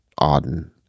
Auden